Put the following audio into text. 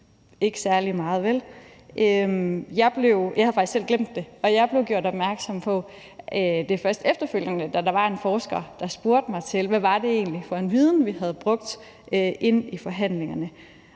Ikke særlig meget, vel? Jeg havde faktisk selv glemt det, og jeg blev først gjort opmærksom på det efterfølgende, da der var en forsker, der spurgte mig om, hvad det egentlig var for en viden, vi havde brugt, i forhandlingerne.